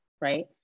right